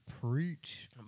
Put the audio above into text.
Preach